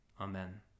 Amen